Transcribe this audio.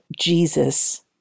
Jesus